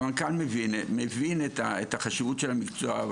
והמנכ"ל מבין את החשיבות של המקצוע,